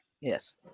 Yes